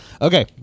Okay